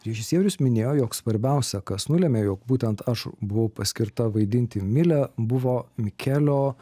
režisierius minėjo jog svarbiausia kas nulėmė jog būtent aš buvau paskirta vaidinti milę buvo mikelio